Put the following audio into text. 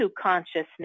consciousness